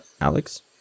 Alex